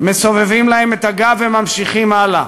מסובבים להם את הגב וממשיכים הלאה.